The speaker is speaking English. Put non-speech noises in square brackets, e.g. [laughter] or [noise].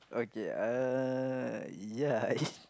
okay uh ya [noise]